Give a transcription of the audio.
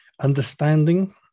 understanding